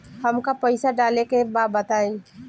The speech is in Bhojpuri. हमका पइसा डाले के बा बताई